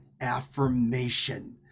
affirmation